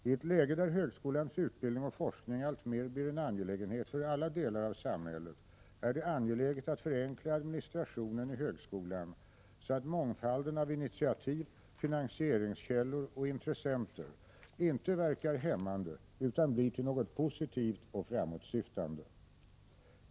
I ett läge där högskolans utbildning och forskning alltmer blir en angelägenhet för alla delar av samhället är det angeläget att förenkla administrationen i högskolan, så att mångfalden av initiativ, finansieringskällor och intressenter inte verkar hämmande utan blir till något positivt och framåtsyftande.